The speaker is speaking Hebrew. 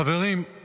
חברים,